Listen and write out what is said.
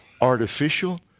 artificial